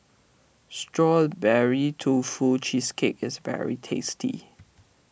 Strawberry Tofu Cheesecake is very tasty